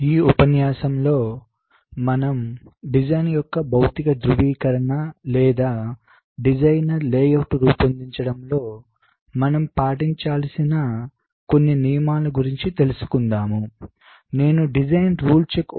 ఈ ఉపన్యాసంలో మనం డిజైన్ యొక్క భౌతిక ధృవీకరణ లేదా డిజైనర్ లేఅవుట్ను రూపొందించడంలో మనం పాటించాల్సిన కొన్ని నియమాలను గురించి తెలుసుకుందామునేను design rule check Design Rule Check